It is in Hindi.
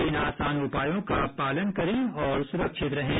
तीन आसान उपायों का पालन करें और सुरक्षित रहें